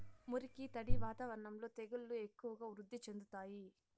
మురికి, తడి వాతావరణంలో తెగుళ్లు ఎక్కువగా వృద్ధి చెందుతాయి